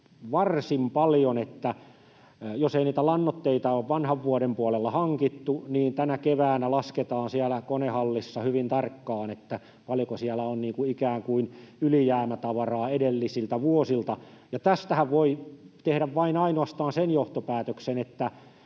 varsin paljon, että jos ei niitä lannoitteita ole vanhan vuoden puolella hankittu, niin tänä keväänä lasketaan siellä konehallissa hyvin tarkkaan, paljonko siellä on ikään kuin ylijäämätavaraa edellisiltä vuosilta. Tästähän voi tehdä ainoastaan sen johtopäätöksen, että